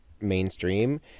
mainstream